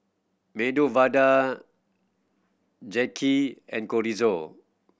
Medu Vada Japchae and Chorizo